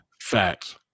facts